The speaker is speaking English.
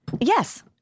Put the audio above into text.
Yes